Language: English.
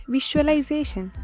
Visualization